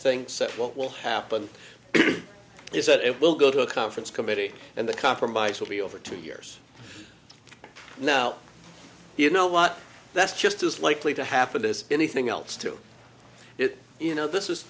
thinks that what will happen is that it will go to a conference committee and the compromise will be over two years now you know what that's just as likely to happen is anything else to it you know this is